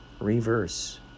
Reverse